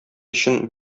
өчен